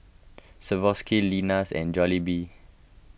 Swarovski Lenas and Jollibee